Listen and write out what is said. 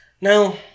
Now